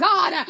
God